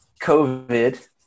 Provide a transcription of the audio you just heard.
covid